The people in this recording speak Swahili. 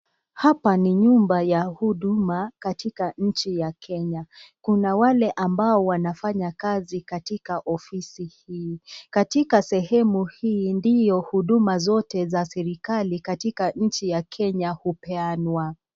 Hapa ni nyumba ya huduma katika nchi ya Kenya. Kuna wale ambao wanafanya kazi katika ofisi hii. Katika sehemu hii ndiyo huduma zote za serikali katika nchi ya Kenya hupeanwa.